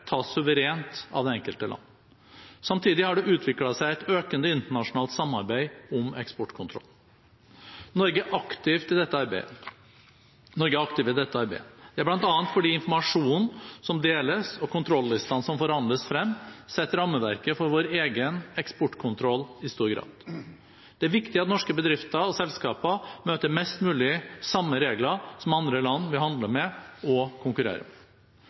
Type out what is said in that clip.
tas suverent av det enkelte land. Samtidig har det utviklet seg et økende internasjonalt samarbeid om eksportkontroll. Norge er aktiv i dette arbeidet. Det er bl.a. fordi informasjonen som deles, og kontrollistene som forhandles frem, setter rammeverket for vår egen eksportkontroll i stor grad. Det er viktig at norske bedrifter og selskaper møter mest mulig samme regler som andre land vi handler med og konkurrerer med. Det er regjeringens mål å